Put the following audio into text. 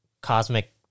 cosmic